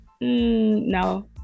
no